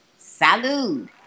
Salud